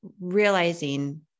realizing